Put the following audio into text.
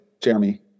Jeremy